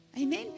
Amen